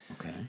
Okay